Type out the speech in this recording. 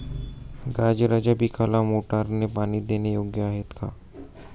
गाजराच्या पिकाला मोटारने पाणी देणे योग्य आहे का?